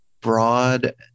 broad